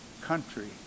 country